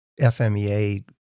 FMEA